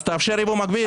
אז תאפשר ייבוא מקביל.